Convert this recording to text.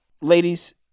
Ladies